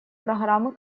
программы